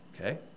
Okay